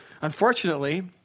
Unfortunately